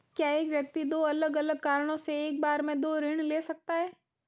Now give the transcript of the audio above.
क्या एक व्यक्ति दो अलग अलग कारणों से एक बार में दो ऋण ले सकता है?